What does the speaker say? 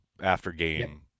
after-game